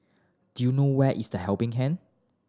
do you know where is The Helping Hand